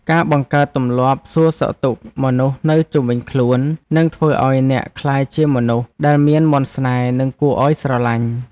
ការបង្កើតទម្លាប់សួរសុខទុក្ខមនុស្សនៅជុំវិញខ្លួននឹងធ្វើឱ្យអ្នកក្លាយជាមនុស្សដែលមានមន្តស្នេហ៍និងគួរឱ្យស្រឡាញ់។